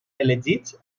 elegits